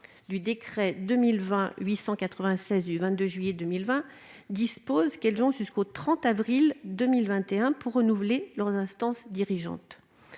du décret n° 2020-896 du 22 juillet 2020 prévoit qu'elles ont jusqu'au 30 avril 2021 pour renouveler leurs instances dirigeantes.